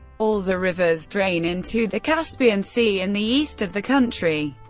all the rivers drain into the caspian sea in the east of the country.